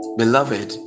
beloved